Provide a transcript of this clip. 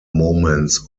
moments